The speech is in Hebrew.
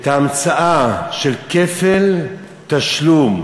את ההמצאה של כפל תשלום,